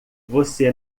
você